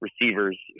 Receivers